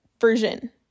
version